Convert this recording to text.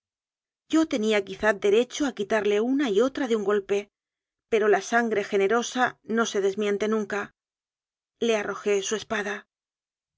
yo tenía quizá derecho a quitarle una y otra de un golpe pero la sangre generosa no se desmiente nunca le arrojé su espada